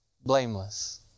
blameless